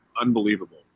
unbelievable